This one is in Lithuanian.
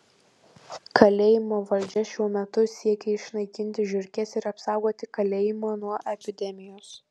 kalėjimo valdžia šiuo metu siekia išnaikinti žiurkes ir apsaugoti kalėjimą nuo epidemijos